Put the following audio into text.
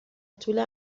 طول